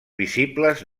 visibles